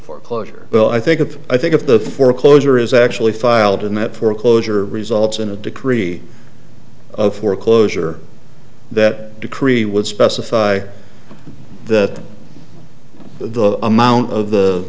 foreclosure well i think if i think of the foreclosure is actually filed in that foreclosure results in a decree of foreclosure that decree would specify the the amount of the